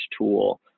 tool